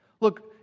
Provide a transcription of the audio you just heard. Look